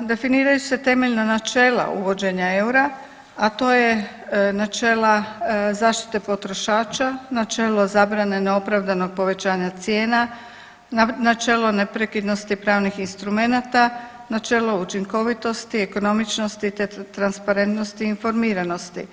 definiraju se temeljna načela uvođenja eura, a to je načela zaštite potrošača, načelo zabrane neopravdanog povećanja cijena, načelo neprekidnosti pravnih instrumenata, načelo učinkovitosti, ekonomičnosti te transparentnosti i informiranosti.